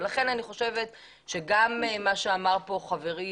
לכן אני חושבת שגם מה שאמר פה חברי,